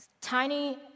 tiny